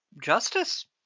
justice